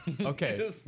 Okay